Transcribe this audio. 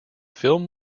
film